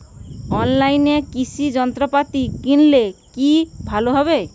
অনলাইনে কৃষি যন্ত্রপাতি কিনলে কি ভালো হবে?